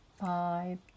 five